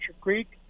Creek